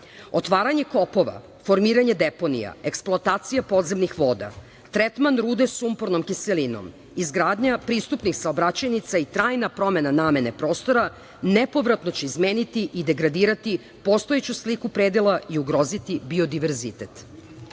Otvaranje kopova, formiranje deponija, eksploatacija podzemnih voda, tretman rude sumpornom kiselinom, izgradnja pristupnih saobraćajnica i trajna promena namene prostora nepovratno će izmeniti i degradirati postojeću sliku predela i ugroziti biodiverzitet. Eventualni